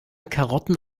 karotten